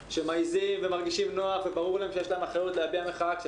שמעזים ומרגישים נוח וברור להם שיש להם אחריות להביע מחאה כאשר